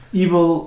evil